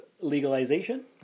legalization